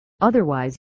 Otherwise